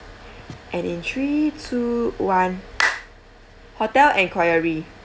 and in three two one hotel enquiry